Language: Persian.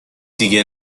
دیگه